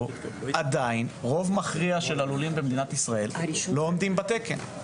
ועדיין רוב מכריע של הלולים במדינת ישראל לא עומדים בתקן.